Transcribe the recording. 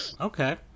Okay